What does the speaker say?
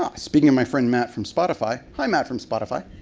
ah speaking of my friend matt from spotify, hi, matt from spotify.